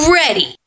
ready